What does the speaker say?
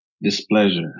displeasure